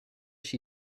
she